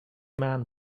man